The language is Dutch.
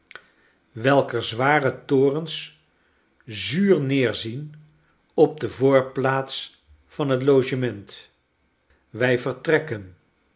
welker zware torens zuur neerzien op de voorplaats van het logement wij vertrekken